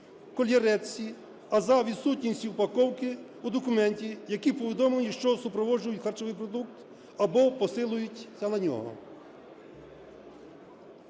кольєретці, а за відсутності упаковки – у документі чи повідомленні, що супроводжують харчовий продукт або посилаються на нього".